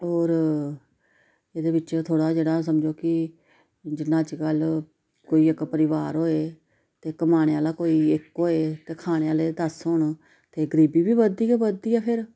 होर एह्दे बिच्च थोह्ड़ा जेह्ड़ा समझो कि जिन्नां अजकल्ल कोई इक परोआर होए ते कमाने आह्ला कोई इक होए ते खाने आह्ले दस होन ते गरीबी बी बधदी गै बधदी ऐ फिर